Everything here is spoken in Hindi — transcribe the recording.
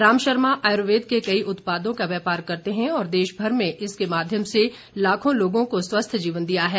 राम शर्मा आयुर्वेद के कई उत्पादों का व्यापार करते हैं और देशमर में इसके माध्यम से लाखों लोगों को स्वस्थ जीवन दिया है